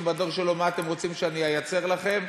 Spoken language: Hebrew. בדור שלו: מה אתם רוצים שאני אייצר לכם?